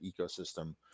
ecosystem